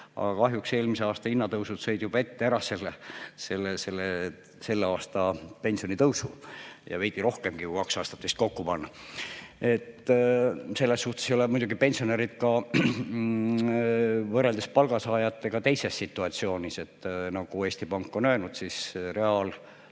Aga kahjuks eelmise aasta hinnatõusud sõid juba ette ära selle aasta pensionitõusu ja veidi rohkemgi, kui kaks aastat kokku panna. Selles suhtes ei ole muidugi pensionärid ka võrreldes palgasaajatega teises situatsioonis. Nagu Eesti Pank on öelnud, reaaltulu